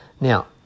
Now